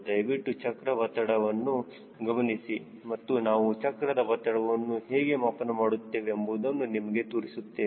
ದಯವಿಟ್ಟು ಚಕ್ರ ಒತ್ತಡವನ್ನು ಗಮನಿಸಿ ಮತ್ತು ನಾವು ಚಕ್ರದ ಒತ್ತಡವನ್ನು ಹೇಗೆ ಮಾಪನ ಮಾಡುತ್ತೇವೆ ಎಂಬುದನ್ನು ನಿಮಗೆ ತೋರಿಸುತ್ತೇವೆ